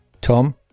Tom